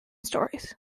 stories